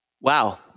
Wow